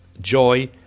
joy